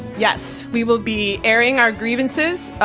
yes, we will be airing our grievances,